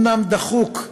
אומנם דחוק,